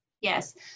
Yes